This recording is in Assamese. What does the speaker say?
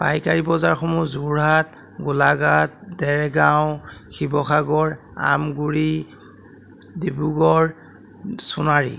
পাইকাৰী বজাৰসমূহ যোৰহাট গোলাঘাট দেৰগাঁও শিৱসাগৰ আমগুৰি ডিব্ৰুগড় সোণাৰী